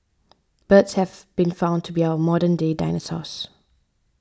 birds have been found to be our modern day dinosaurs